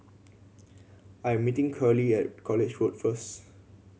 I'm meeting Curley at College Road first